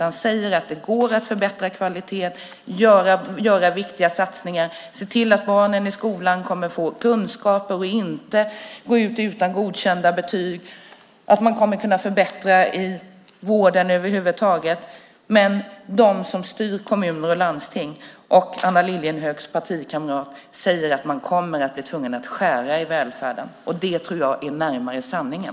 Ni säger att det går att förbättra kvaliteten, göra viktiga satsningar, se till att barnen i skolan kommer att få kunskaper och inte gå ut utan godkända betyg och att man kommer att kunna förbättra i vården över huvud taget. Men de som styr kommuner och landsting och Anna Lilliehööks partikamrat säger att man kommer att bli tvungen att skära i välfärden. Och det tror jag är närmare sanningen.